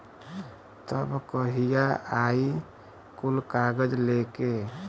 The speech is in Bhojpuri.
तब कहिया आई कुल कागज़ लेके?